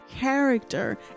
character